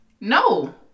no